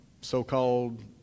so-called